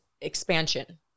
expansion